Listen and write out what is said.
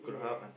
yes